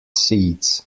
seeds